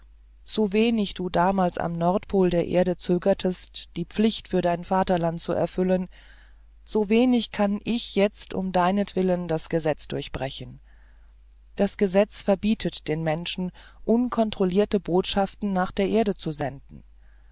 so wenig du damals am nordpol der erde zögertest die pflicht für dein vaterland zu erfüllen so wenig kann ich jetzt um deinetwillen das gesetz durchbrechen das gesetz verbietet den menschen